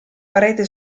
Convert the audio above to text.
parete